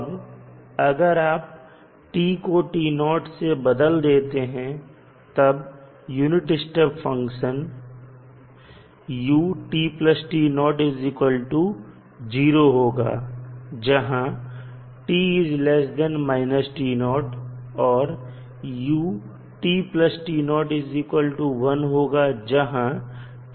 अब अगर आप t को से बदल देते हैं तब यूनिट स्टेप फंक्शन होगा जहां और होगा जहां होगा